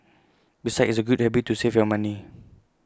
besides it's A good habit to save your money